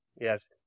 Yes